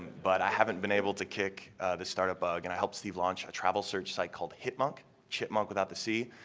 but i haven't been able to kick the startup bug. and i helped steve launch a travel search site called hipmonk, chipmonk without the c.